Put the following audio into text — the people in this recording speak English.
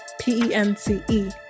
P-E-N-C-E